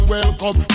Welcome